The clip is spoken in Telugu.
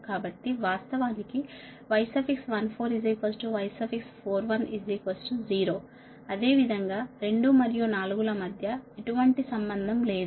కాబట్టి వాస్తవానికి Y14 Y410 అదేవిధంగా 2 మరియు 4 ల మధ్య ఎటువంటి సంబంధం లేదు